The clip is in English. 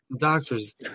Doctors